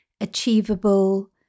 achievable